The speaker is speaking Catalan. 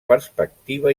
perspectiva